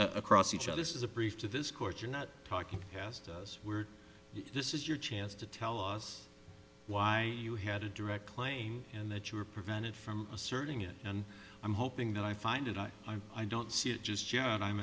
across each other this is a brief to this court you're not talking past us we're this is your chance to tell us why you had a direct claim and that you were prevented from asserting it and i'm hoping that i find it i i'm i don't see it just yet i'm